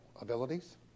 abilities